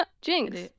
Jinx